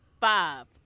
Five